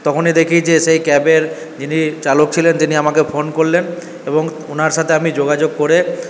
তখনই দেখি যে সেই ক্যাবের যিনি চালক ছিলেন তিনি আমাকে ফোন করলেন এবং ওনার সাথে আমি যোগাযোগ করে